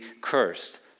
cursed